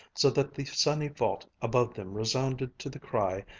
so that the sunny vault above them resounded to the cry,